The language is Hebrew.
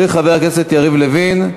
של חבר הכנסת יריב לוין.